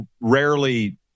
Rarely